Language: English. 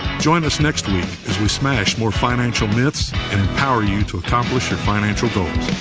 join us next week as we smashed more financial myths empower you to accomplish your financial goals.